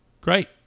Great